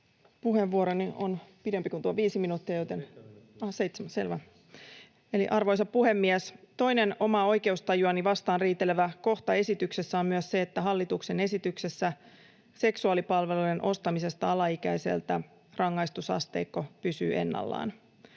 Arvoisa puhemies! Toinen omaa oikeustajuani vastaan riitelevä kohta esityksessä on myös se, että hallituksen esityksessä seksuaalipalvelujen ostamisessa alaikäiseltä rangaistusasteikko pysyy ennallaan.